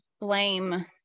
blame